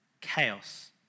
Chaos